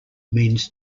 means